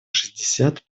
шестьдесят